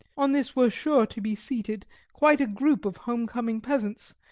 on this were sure to be seated quite a group of home-coming peasants,